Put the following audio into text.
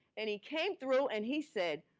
and he came through and he said,